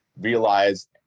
realize